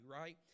right